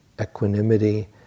equanimity